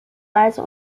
weise